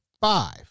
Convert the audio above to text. five